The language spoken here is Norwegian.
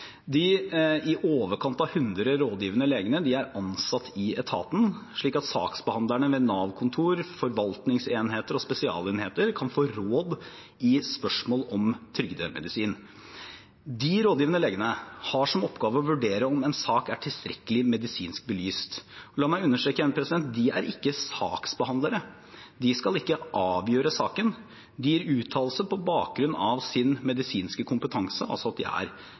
De i overkant av 100 rådgivende legene er ansatt i etaten, slik at saksbehandlerne ved Nav-kontor, forvaltningsenheter og spesialenheter kan få råd i spørsmål om trygdemedisin. De rådgivende legene har som oppgave å vurdere om en sak er tilstrekkelig medisinsk belyst. La meg understreke igjen: De er ikke saksbehandlere. De skal ikke avgjøre saken. De gir uttalelse på bakgrunn av sin medisinske kompetanse, altså at de er